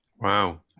Wow